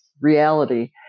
reality